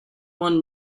one